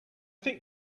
think